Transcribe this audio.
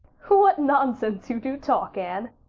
what nonsense you do talk, anne,